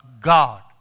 God